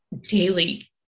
daily